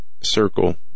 circle